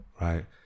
Right